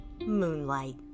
moonlight